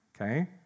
Okay